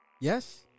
Yes